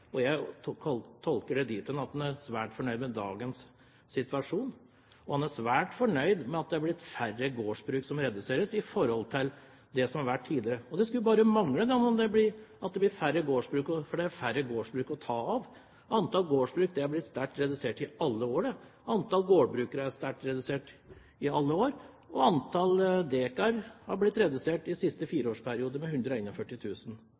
og jeg tolker det dit hen at han er svært fornøyd med dagens situasjon og svært fornøyd med at det har blitt færre gårdsbruk i forhold til det som har vært tidligere. Det skulle bare mangle – det blir færre gårdsbruk, for det er færre gårdsbruk å ta av. Antall gårdsbruk er blitt sterkt redusert i flere år. Antall gårdbrukere er sterkt redusert, og antall dekar er redusert i siste fireårsperiode med 141 000. Det er ganske mye! Samtidig øker antall